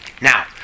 Now